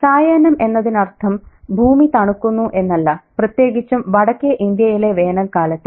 സായാഹ്നം എന്നതിനർത്ഥം ഭൂമി തണുക്കുന്നു എന്നല്ല പ്രത്യേകിച്ചും വടക്കേ ഇന്ത്യയിലെ വേനൽക്കാലത്ത്